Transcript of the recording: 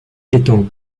étant